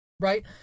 right